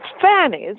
fairness